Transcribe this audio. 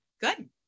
good